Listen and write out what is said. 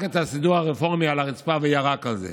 את הסידור הרפורמי על הרצפה וירק על זה.